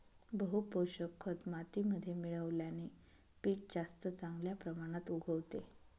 बहू पोषक खत मातीमध्ये मिळवल्याने पीक जास्त चांगल्या प्रमाणात उगवते